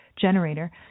generator